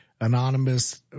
anonymous